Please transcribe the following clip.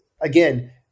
again